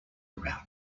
around